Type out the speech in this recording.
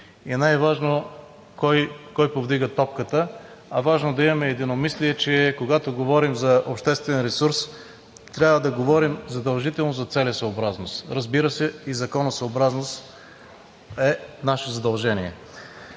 е важно кой повдига топката, а е важно да имаме единомислие, че когато говорим за обществен ресурс трябва да говорим задължително за целесъобразност, разбира се, и законосъобразност, това е наше задължение.